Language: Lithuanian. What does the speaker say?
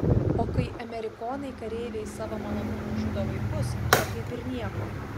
o kai amerikonai kareiviai savo malonumui žudo vaikus čia kaip ir nieko